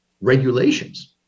regulations